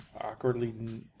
awkwardly